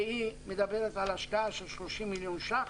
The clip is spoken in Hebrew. שהיא מדברת על השקעה של 30 מיליון ש"ח